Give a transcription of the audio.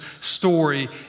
story